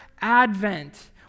advent